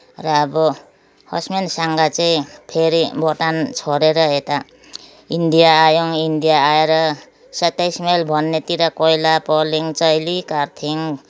र अब हसबेन्डसँग चाहिँ फेरी भोटान छोडेर यता इन्डिया आयौँ इन्डिया आएर सत्ताइस माइल भन्नेतिर कोइला पोल्यौँ चोइली काटथ्यौँ